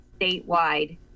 statewide